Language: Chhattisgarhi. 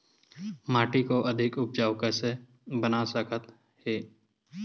माटी को अधिक उपजाऊ कइसे बना सकत हे?